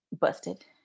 busted